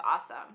awesome